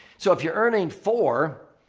so, if you're earning four,